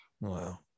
Wow